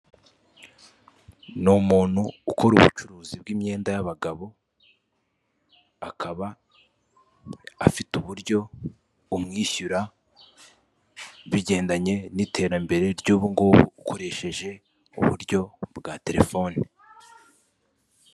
Iyi foto iratwereka icyapa cya eyateri ikatwereka umuntu ufashe urupapuro mu kuboko kw'ibumoso ndetse akaba afite na terefone mu kuboko k'iburyo akaba ari gufotora urupapuro.